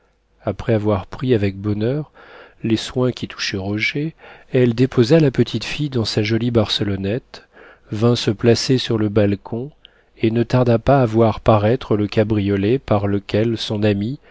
après avoir pris avec bonheur les soins qui touchaient roger elle déposa la petite fille dans sa jolie barcelonnette vint se placer sur le balcon et ne tarda pas à voir paraître le cabriolet par lequel son ami